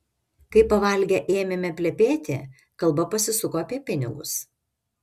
kai pavalgę ėmėme plepėti kalba pasisuko apie pinigus